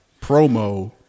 promo